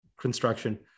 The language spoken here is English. construction